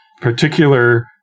particular